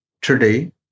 today